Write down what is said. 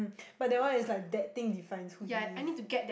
but that one is like that thing defines who he is